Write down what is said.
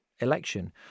election